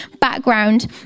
background